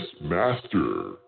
Master